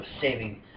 saving